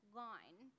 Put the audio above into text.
line